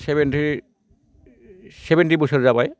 seventy बोसोर जाबाय